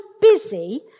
busy